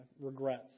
regrets